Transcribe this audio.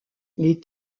les